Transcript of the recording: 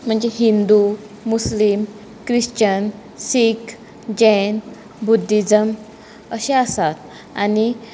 म्हणजे Hindu Muslim Christian Sikh Jain Buddhism अशे आसा आनी